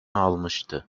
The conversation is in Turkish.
almıştı